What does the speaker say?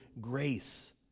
grace